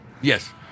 Yes